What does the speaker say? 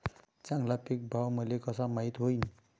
चांगला पीक भाव मले कसा माइत होईन?